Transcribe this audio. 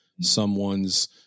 someone's